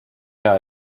hea